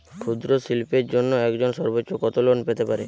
ক্ষুদ্রশিল্পের জন্য একজন সর্বোচ্চ কত লোন পেতে পারে?